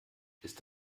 ist